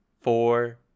four